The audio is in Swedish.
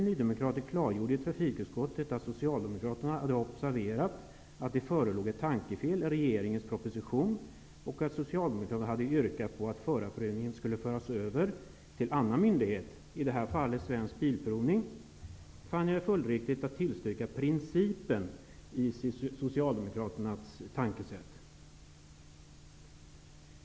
När Socialdemokraterna observerade att det förelåg ett tankefel i regeringens proposition och de yrkade på att förarprövningen skulle föras över till en annan myndighet, i det här fallet Svensk Bilprovning, fann jag det följdriktigt att tillstyrka principen i Socialdemokraternas tankesätt.